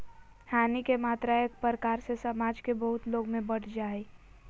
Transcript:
हानि के मात्रा एक प्रकार से समाज के बहुत लोग में बंट जा हइ